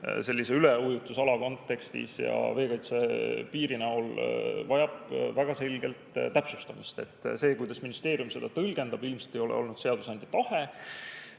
sellise üleujutusala kontekstis ja veekaitse piiri näol vajab väga selgelt täpsustamist. See, kuidas ministeerium seda tõlgendab, ilmselt ei ole olnud seadusandja tahe.